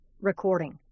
recording